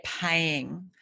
paying